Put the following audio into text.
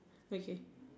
okay